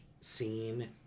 scene